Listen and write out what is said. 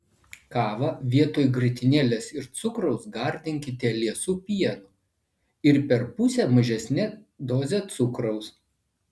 kavą vietoj grietinėlės ir cukraus gardinkite liesu pienu ir per pusę mažesne doze cukraus